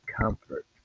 comfort